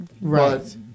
Right